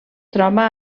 troba